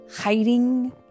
hiding